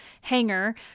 hanger